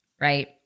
Right